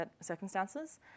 circumstances